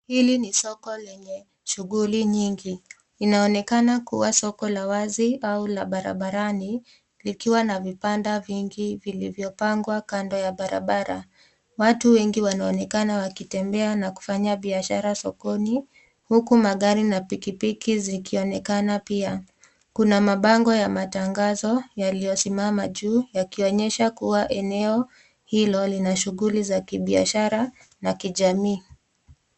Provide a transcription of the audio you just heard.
Hili ni soko lenye shughuli nyingi. Linaonekana kuwa soko la wazi au la barabarani likiwa na vibanda vingi vilivyopangwa kando ya barabara. Watu wengi wanaonekana wakitembea na kufanya biashara sokoni huku magari na pikipiki zikionekana pia. Kuna mabango ya matangazo yaliyosimama juu yakionyesha kuwa eneo hilo lina shughuli za kibiashara na kijamii.